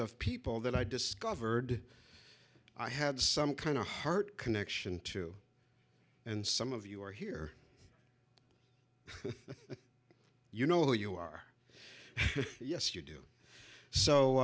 of people that i discovered i had some kind of heart connection to and some of you are here you know you are yes you do so